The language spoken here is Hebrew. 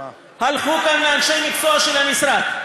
נכון, הלכו גם לאנשי מקצוע של המשרד.